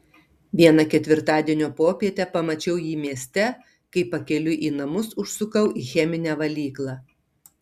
vieną ketvirtadienio popietę pamačiau jį mieste kai pakeliui į namus užsukau į cheminę valyklą